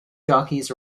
jockeys